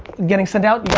getting sent out.